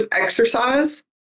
exercise